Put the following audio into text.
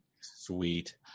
Sweet